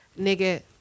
nigga